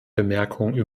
bemerkungen